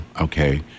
Okay